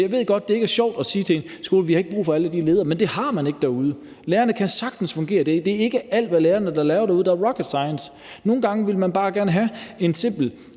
Jeg ved godt, at det ikke er sjovt at sige til en skole: Vi har ikke brug for alle de ledere. Men det har man ikke derude. Lærerne kan sagtens fungere. Det er ikke alt, lærerne laver derude, der er rocket science. Nogle gange vil man bare gerne have en simpel